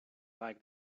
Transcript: like